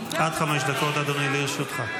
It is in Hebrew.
עד חמש דקות, אדוני, לרשותך.